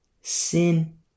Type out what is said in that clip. sin